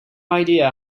idea